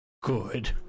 good